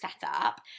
setup